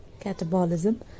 catabolism